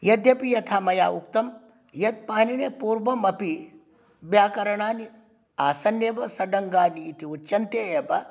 यद्यपि यथा मया उक्तं यत् पाणिनेः पूर्वमपि व्याकरणानि आसन्नेव षडङ्गानि इति उच्यन्ते एव